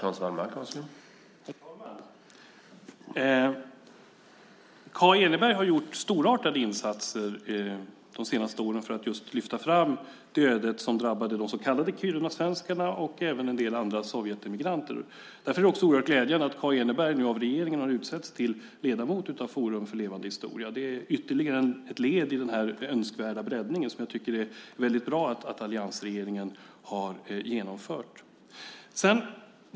Herr talman! Kaa Eneberg har gjort storartade insatser de senaste åren för att just lyfta fram det öde som drabbade de så kallade kirunasvenskarna och även en del andra sovjetemigranter. Därför är det också oerhört glädjande att Kaa Eneberg av regeringen har utsetts till ledamot av Forum för levande historia. Det är ytterligare ett led i den önskvärda breddningen som jag tycker är väldigt bra att alliansregeringen har genomfört.